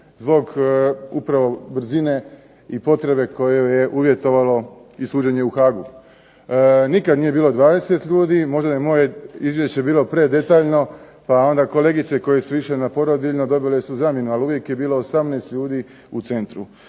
zbog upravo brzine i potrebe kojoj je uvjetovalo i suđenje u Haagu. Nikad nije bilo 20 ljudi. Možda je moje izvješće bilo predetaljno, pa onda kolegice koje su išle na porodiljno dobile su zamjenu. Ali uvijek je bilo 18 ljudi u centru.